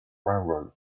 railroad